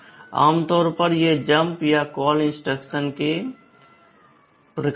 आमतौर पर ये जंप या कॉल इंस्ट्रक्शन के प्रकार होते हैं